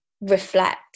reflect